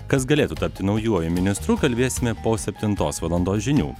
kas galėtų tapti naujuoju ministru kalbėsime po septintos valandos žinių